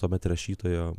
tuomet rašytojo